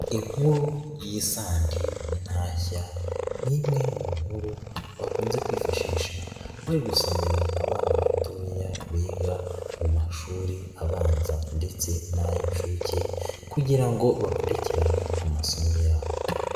Inkuru y'isandi n'intashya n'imwe mu nkuru bakunze kwifashisha muri gusomera abana batoya biga mu mashuri abanza ndetse n'ay'incuke kugira ngo bakurikirane amasomo yabo.